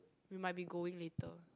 we might be going later